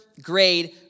grade